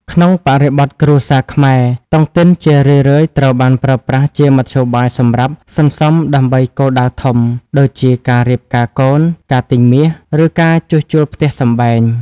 ក្នុងបរិបទគ្រួសារខ្មែរ តុងទីនជារឿយៗត្រូវបានប្រើប្រាស់ជាមធ្យោបាយសម្រាប់ "សន្សំដើម្បីគោលដៅធំ" ដូចជាការរៀបការកូន ការទិញមាស ឬការជួសជុលផ្ទះសម្បែង។